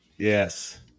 Yes